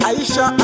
Aisha